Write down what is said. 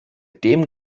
dem